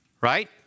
right